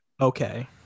Okay